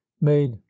made